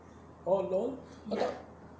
oh LOL